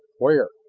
where?